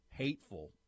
hateful